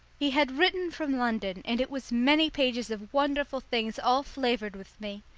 he had written from london, and it was many pages of wonderful things all flavoured with me.